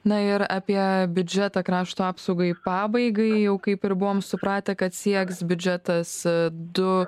na ir apie biudžetą krašto apsaugai pabaigai jau kaip ir buvom supratę kad sieks biudžetas du